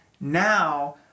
now